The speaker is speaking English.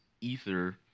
ether